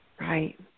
Right